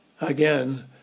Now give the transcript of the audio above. again